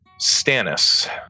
Stannis